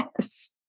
Yes